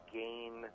gain